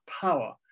power